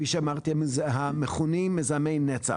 המכונים כפי שאמרתי מזהמי נצח.